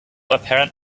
apparent